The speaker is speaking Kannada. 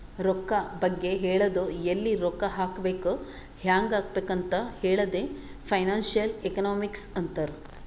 ರೊಕ್ಕಾ ಬಗ್ಗೆ ಹೇಳದು ಎಲ್ಲಿ ರೊಕ್ಕಾ ಹಾಕಬೇಕ ಹ್ಯಾಂಗ್ ಹಾಕಬೇಕ್ ಅಂತ್ ಹೇಳದೆ ಫೈನಾನ್ಸಿಯಲ್ ಎಕನಾಮಿಕ್ಸ್ ಅಂತಾರ್